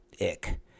ick